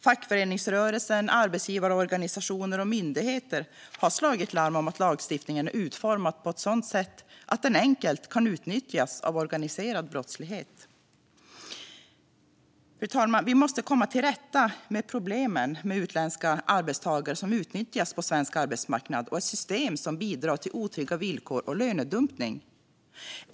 Fackföreningsrörelsen, arbetsgivarorganisationer och myndigheter har slagit larm om att lagstiftningen är utformad på ett sådant sätt att den enkelt kan utnyttjas av organiserad brottslighet. Fru talman! Vi måste komma till rätta med problemen med utländska arbetstagare som utnyttjas på svensk arbetsmarknad och ett system som bidrar till otrygga villkor och lönedumpning.